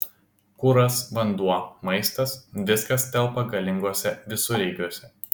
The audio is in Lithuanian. kuras vanduo maistas viskas telpa galinguose visureigiuose